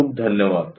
खूप खूप धन्यवाद